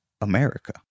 America